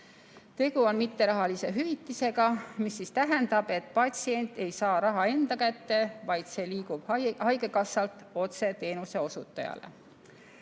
Tegu on mitterahalise hüvitisega, mis tähendab, et patsient ei saa raha enda kätte, vaid see liigub haigekassalt otse teenuse osutajale.